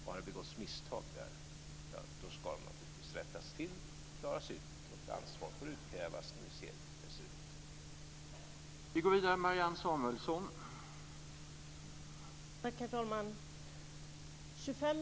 Har det begåtts misstag, då ska de naturligtvis rättas till, klaras ut och ansvar ska utkrävas när vi har sett hur det ser ut.